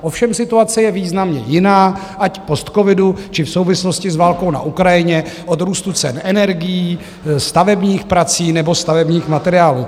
Ovšem situace je významně jiná, ať v postcovidu, či v souvislosti s válkou na Ukrajině, od růstu cen energií, stavebních prací nebo stavebních materiálů.